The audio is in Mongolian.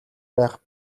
байх